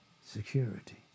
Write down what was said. security